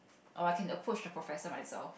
or I can approach the professor myself